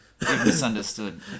misunderstood